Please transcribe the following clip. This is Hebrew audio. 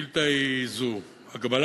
השאילתה היא זו: